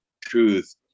truth